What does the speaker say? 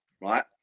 right